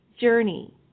Journey